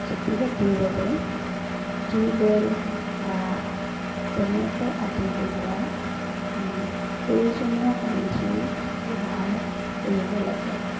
খেতি বাতিৰ বাবে টিউবেল বা জেনেৰেটৰ আদি বহুৱাই আমি প্ৰয়োজনীয় পানীখিনি ব্যৱহাৰ কৰিব লাগে